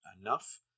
enough